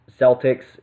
Celtics